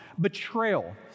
Betrayal